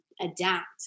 adapt